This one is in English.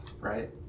right